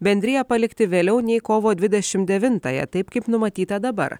bendriją palikti vėliau nei kovo dvidešim devintąją taip kaip numatyta dabar